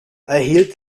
erhielt